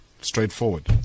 straightforward